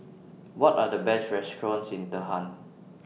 What Are The Best restaurants in Tehran